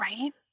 Right